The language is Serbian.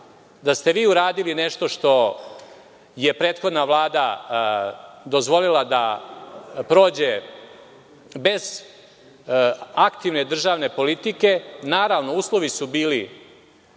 da ste vi uradili nešto što je prethodna Vlada dozvolila da prođe bez aktivne državne politike. Naravno, uslovi su bili